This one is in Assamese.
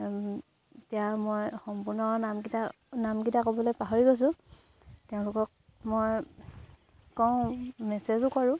তেতিয়া মই সম্পূৰ্ণ নামকেইটা নামকেইটা ক'বলৈ পাহৰি গৈছোঁ তেওঁলোকক মই কওঁ মেছেজো কৰোঁ